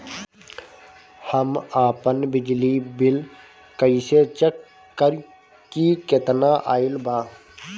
हम आपन बिजली बिल कइसे चेक करि की केतना आइल बा?